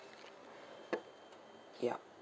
yup